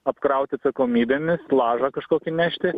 apkrauti atsakomybėmis lažą kažkokį nešti